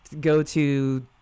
go-to